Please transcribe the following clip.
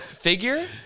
figure